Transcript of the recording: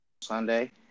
Sunday